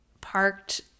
parked